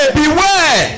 beware